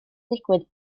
digwydd